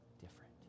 different